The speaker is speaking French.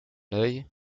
œil